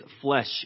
flesh